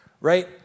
Right